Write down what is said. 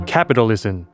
Capitalism